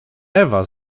ewa